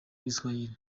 n’igiswahili